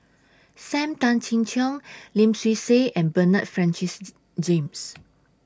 SAM Tan Chin Siong Lim Swee Say and Bernard Francis James